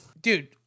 Dude